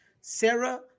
Sarah